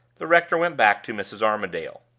the rector went back to mrs. armadale.